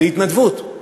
זו התנדבות.